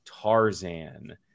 Tarzan